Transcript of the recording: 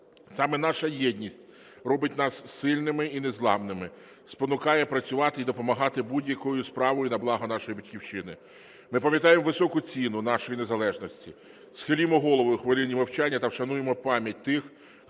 Саме наша єдність робить нас сильними і незламними, спонукає працювати і допомагати будь-якою справою на благо нашої Батьківщини. Ми пам'ятаємо високу ціну нашої незалежності. Схилімо голови у хвилині мовчання та вшануймо пам'ять тих,